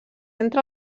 entre